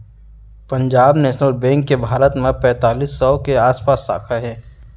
Punjab national bank के भारत म पैतालीस सौ के आसपास साखा हे